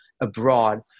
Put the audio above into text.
abroad